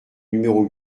numéro